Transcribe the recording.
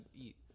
eat